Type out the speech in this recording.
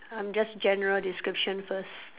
I'm just general description first